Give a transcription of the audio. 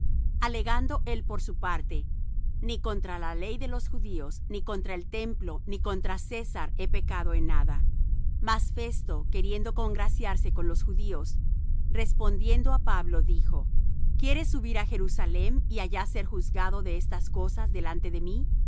alegando él por su parte ni contra la ley de los judíos ni contra el templo ni contra césar he pecado en nada mas festo queriendo congraciarse con los judíos respondiendo á pablo dijo quieres subir á jerusalem y allá ser juzgado de estas cosas delante de mí